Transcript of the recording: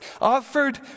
offered